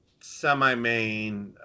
semi-main